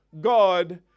God